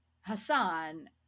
Hassan